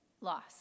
loss